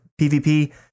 PvP